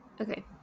Okay